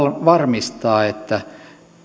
varmistaa että